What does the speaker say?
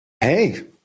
Hey